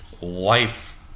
life